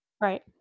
Right